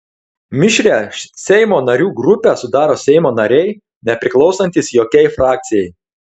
mišrią seimo narių grupę sudaro seimo nariai nepriklausantys jokiai frakcijai